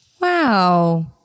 Wow